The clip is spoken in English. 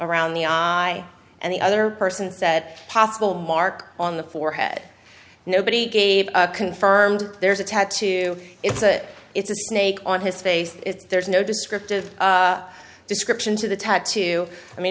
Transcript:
around the eye and the other person said possible mark on the forehead nobody gave confirmed there's a tattoo it's a it's a snake on his face there's no descriptive description to the tattoo i mean